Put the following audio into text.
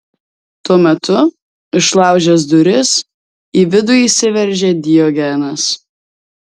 tuo metu išlaužęs duris į vidų įsiveržė diogenas